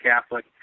Catholic